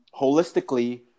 holistically